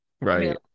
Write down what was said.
Right